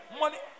money